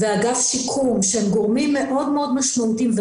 ואגף שיקום שהם גורמים מאוד מאוד משמעותיים,